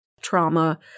trauma